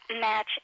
match